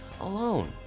alone